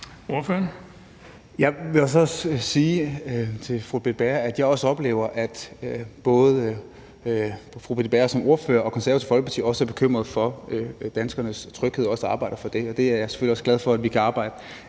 (S): Jeg vil sige til fru Britt Bager, at jeg også oplever, at både fru Britt Bager som ordfører og Det Konservative Folkeparti er bekymrede for danskernes tryghed og de også arbejder for det, og det er jeg selvfølgelig også glad for at vi kan arbejde